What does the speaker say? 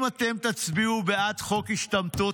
אם אתם תצביעו בעד חוק השתמטות,